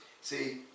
See